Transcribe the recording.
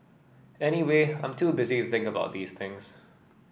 anyway I'm too busy think about these things